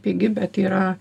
pigi bet yra